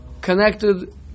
connected